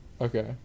Okay